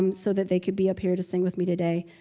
um so that they could be up here to sing with me today.